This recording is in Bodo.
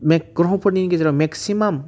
ग्रहफोरनि गेजेराव मेक्सिमाम